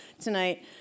tonight